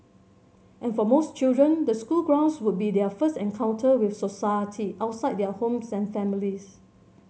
and for most children the school grounds would be their first encounter with society outside their homes and families